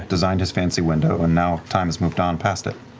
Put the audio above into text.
designed his fancy window, and now time's moved on past it.